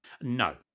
No